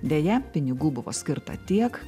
deja pinigų buvo skirta tiek